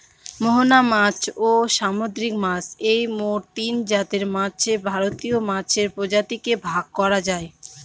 মোহনার মাছ, ও সামুদ্রিক মাছ এই মোট তিনজাতের মাছে ভারতীয় মাছের প্রজাতিকে ভাগ করা যায়